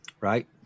Right